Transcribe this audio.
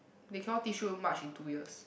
they cannot teach you much in two years